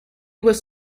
was